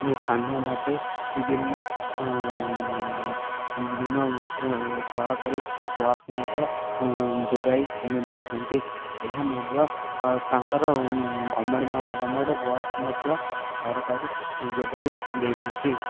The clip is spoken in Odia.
ସ୍ଥାନୀୟ ଭାବେ ବିଭିନ୍ନ ବିଭିନ୍ନ ସରକାରୀ ବସ୍ ମଧ୍ୟ ଯୋଗାଇ ଦେଇଥାନ୍ତି ଏହା ମଧ୍ୟ ତାଙ୍କର ଗମେଣ୍ଟ ବସ୍ ମଧ୍ୟ ସରକାରୀ ଯୋଗାଇ ଦେଇଥାନ୍ତି